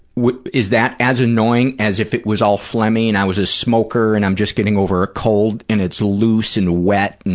is that as annoying as if it was all phlegmy and i was a smoker and i'm just getting over a cold and it's loose and wet and.